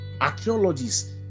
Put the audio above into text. Archaeologists